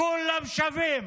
כולם שווים.